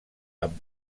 amb